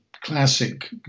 classic